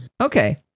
okay